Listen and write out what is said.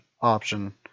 option